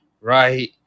right